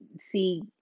see